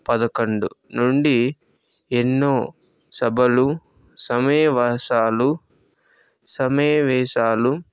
పదకొండు నుండి ఎన్నో సభలు సమావేశాలు సమావేశాలు